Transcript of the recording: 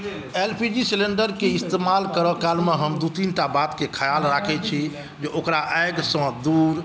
एलपीजीके cylinder इस्तेमाल करऽ कालमे हम दू तीनटा बातके ख्याल राखै छी जे ओकरा आगिसँ दूर